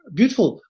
beautiful